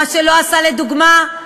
מה שלא עשה, לדוגמה,